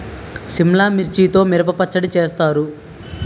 సిమ్లా మిర్చితో మిరప పచ్చడి చేస్తారు